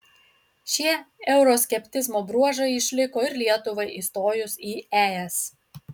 šie euroskepticizmo bruožai išliko ir lietuvai įstojus į es